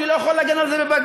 אני לא יכול להגן על זה בבג"ץ.